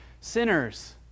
sinners